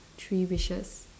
three wishes